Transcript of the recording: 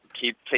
keep